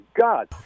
God